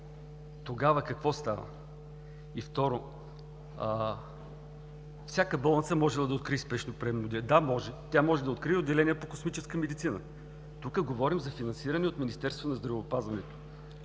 тогава какво става? Второ, всяка болница можела да открие спешно приемно отделение. Да, може. Тя може да открие отделение по космическа медицина. Тук говорим за финансиране от Министерството на здравеопазването.